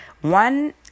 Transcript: one